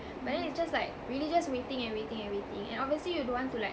but then it's just like really just waiting and waiting and waiting and obviously you don't want to like